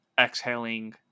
exhaling